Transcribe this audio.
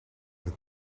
het